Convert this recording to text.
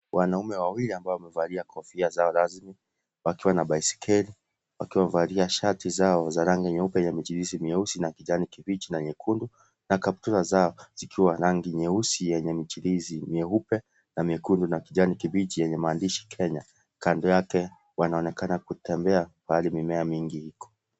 Wanaume wawili ambao wamevalia kofia zao rasmi wakiwa na baiskeli, wakiwa wamevalia shati zao za rangi nyeupe yenye michirizi mieusi na rangi kijani kibichi na nyekundu na kaptura zao zikiwa rangi nyeusi yenye michirizi nyeupe na miekundu na kijani kibichi yenye maandishi Kenya, kando yake wanaonekana kutembea pahali mimea mingi iko.